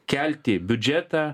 kelti biudžetą